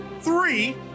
Three